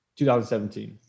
2017